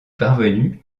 parvenu